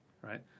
right